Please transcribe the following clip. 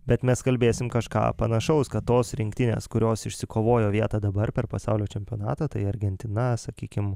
bet mes kalbėsim kažką panašaus kad tos rinktinės kurios išsikovojo vietą dabar per pasaulio čempionatą tai argentina sakykim